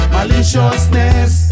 Maliciousness